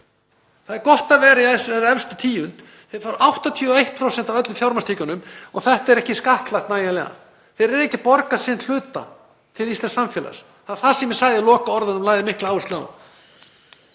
Það er gott að vera í þessari efstu tíund, þeir fá 81% af öllum fjármagnstekjum og þetta er ekki skattlagt nægjanlega, þeir eru ekki að borga sinn hluta til íslensks samfélags. Það er það sem ég sagði í lokaorðum mínum og lagði mikla áherslu